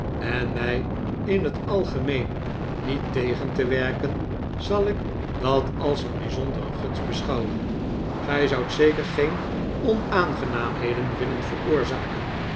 en mij in het algemeen niet tegen te werken zal ik dat als een bijzondere gunst beschouwen gij zoudt zeker geen onaangenaamheden willen veroorzaken